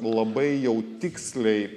labai jau tiksliai